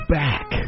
back